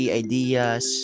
ideas